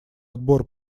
отбор